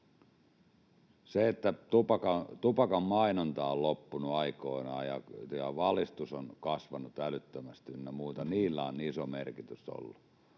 Sillä, että tupakan mainonta on loppunut aikoinaan ja valistus on kasvanut älyttömästi ynnä muuta, on ollut